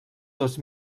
dos